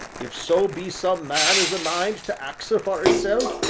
if so be some man as a mind to ax er for isself,